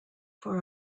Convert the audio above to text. for